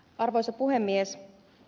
arvoisa puhemies